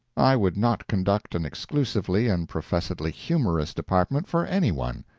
i would not conduct an exclusively and professedly humorous department for any one.